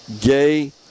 gay